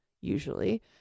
usually